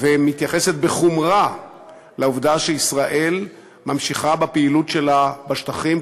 ומתייחסת בחומרה לעובדה שישראל ממשיכה בפעילות שלה בשטחים,